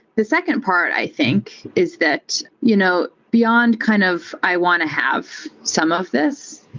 the second part i think is that you know beyond kind of i want to have some of this,